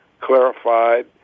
Clarified